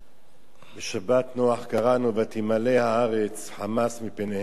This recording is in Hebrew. בשבת נח קראנו: ותימלא הארץ חמס מפניהם,